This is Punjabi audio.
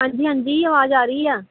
ਹਾਂਜੀ ਹਾਂਜੀ ਆਵਾਜ਼ ਆ ਰਹੀ ਆ